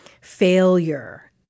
failure